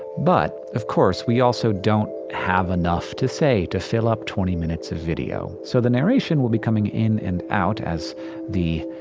but of course, we also don't have enough to say to fill up twenty minutes of video. so the narration will be coming in and out as the.